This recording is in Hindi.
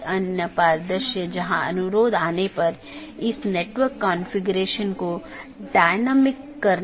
BGP निर्भर करता है IGP पर जो कि एक साथी का पता लगाने के लिए आंतरिक गेटवे प्रोटोकॉल है